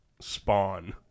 Spawn